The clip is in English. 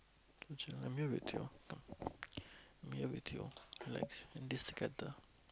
which uh I'm here with you come I'm here with you relax we're in this together